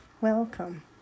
Welcome